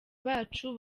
bacu